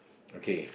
okay